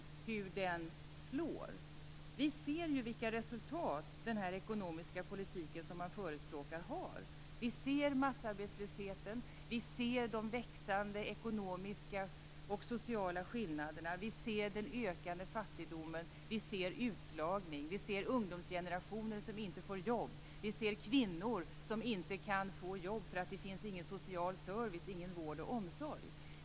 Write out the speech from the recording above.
Vi ser vilka resultat den ekonomiska politik som har förespråkats har. Vi ser massarbetslösheten, de växande ekonomiska och sociala skillnaderna, ökande fattigdom, utslagning, vi ser en ungdomsgeneration som inte får jobb, kvinnor som inte kan få jobb därför att det inte finns någon social service, vård och omsorg.